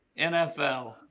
nfl